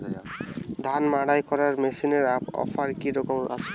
ধান মাড়াই করার মেশিনের অফার কী রকম আছে?